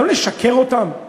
גם לשקר להם?